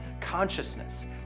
consciousness